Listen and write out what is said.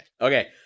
Okay